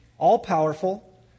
all-powerful